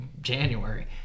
January